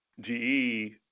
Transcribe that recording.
GE